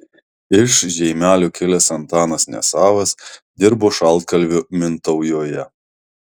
iš žeimelio kilęs antanas nesavas dirbo šaltkalviu mintaujoje